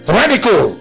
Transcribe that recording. radical